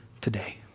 today